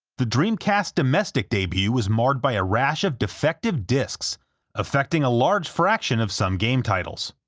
the dreamcast's domestic debut was marred by a rash of defective discs affecting a large fraction of some game titles.